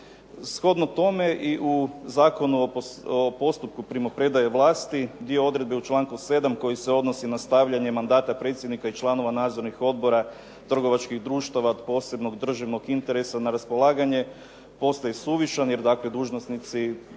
Shodno tome i u Zakonu o postupku primopredaje vlasti, dio odredbe u članku 7. koji se odnosi na stavljanje mandata predsjednika i članova nadzornih odbora trgovačkih društava od posebnog državnog interesa na raspolaganje postoji suvišan jer dakle dužnosnici